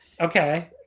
Okay